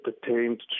pertained